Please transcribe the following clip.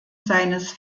seines